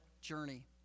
journey